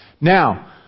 Now